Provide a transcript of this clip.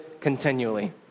continually